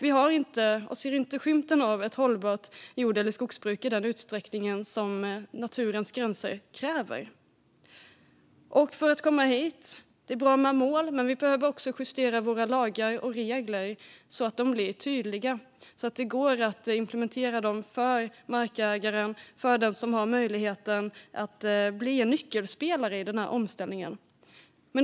Jag ser inte skymten av hållbart jord eller skogsbruk i den utsträckning som naturens gränser kräver. För att nå dit är det bra med mål, men vi behöver också justera våra lagar och regler, så att de blir tydliga, så att det går att implementera dem för markägare och för dem som har möjlighet att bli nyckelspelare i omställningen.